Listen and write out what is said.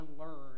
unlearn